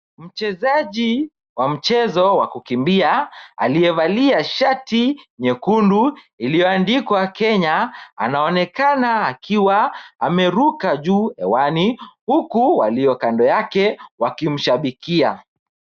Mchezaji wa mchezo wa kukimbia aliyevalia shati nyekundu iliyoandikwa Kenya anaonekana akiwa ameruka juu hewani huku walio kando yake wakimshabikia.